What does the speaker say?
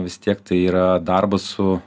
vis tiek tai yra darbas su